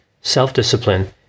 self-discipline